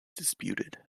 disputed